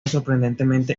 sorprendentemente